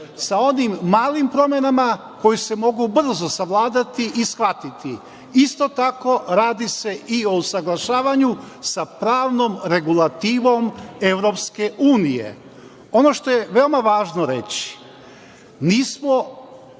sa onim malim promenama koje se mogu brzo savladati i shvatiti. Isto tako, radi se i o usaglašavanju sa pravnom regulativom EU.Ono što je veoma važno reći, nismo